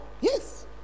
Yes